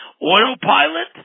Autopilot